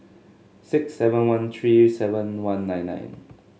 six seven one three seven one nine nine